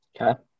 Okay